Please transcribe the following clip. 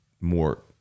more